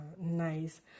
Nice